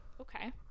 Okay